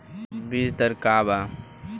बीज दर का वा?